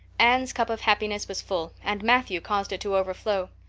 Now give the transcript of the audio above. anne's cup of happiness was full, and matthew caused it to overflow.